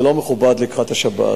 זה לא מכובד לקראת השבת,